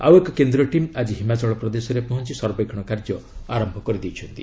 ଆଉଏକ କେନ୍ଦ୍ରୀୟ ଟିମ୍ ଆଜି ହିମାଚଳ ପ୍ରଦେଶରେ ପହଞ୍ ସର୍ବେକ୍ଷଣ କାର୍ଯ୍ୟ ଆରମ୍ଭ କରିଛନ୍ତି